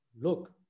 look